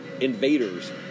invaders